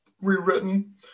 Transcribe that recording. rewritten